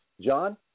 John